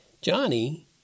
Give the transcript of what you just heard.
Johnny